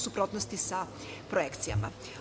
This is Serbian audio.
suprotnosti sa projekcijama. Odmerena